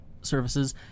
services